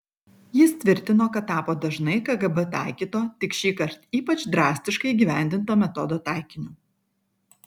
jis tvirtino kad tapo dažnai kgb taikyto tik šįkart ypač drastiškai įgyvendinto metodo taikiniu